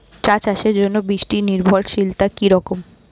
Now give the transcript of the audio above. চা চাষের জন্য বৃষ্টি নির্ভরশীলতা কী রকম?